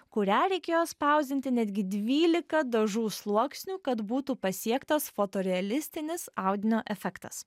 kurią reikėjo spausdinti netgi dvylika dažų sluoksnių kad būtų pasiektas fotorealistinis audinio efektas